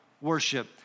worship